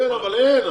כן, אבל אין.